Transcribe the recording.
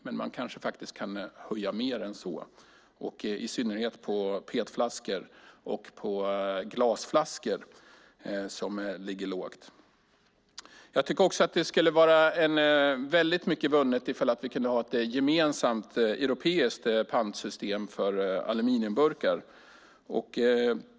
Men man kanske kan höja mer än så, i synnerhet på petflaskor och på glasflaskor där panttaxorna ligger lågt. Väldigt mycket skulle vara vunnet om vi kunde ha ett gemensamt europeiskt pantsystem för aluminiumburkar.